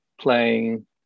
playing